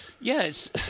Yes